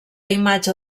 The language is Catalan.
imatge